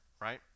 right